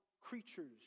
creatures